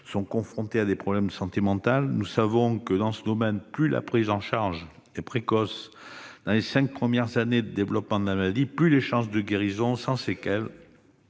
année, à des problèmes de santé mentale. Nous le savons, dans ce domaine, plus la prise en charge est précoce, c'est-à-dire dans les cinq premières années de développement de la maladie, plus les chances de guérison sans séquelles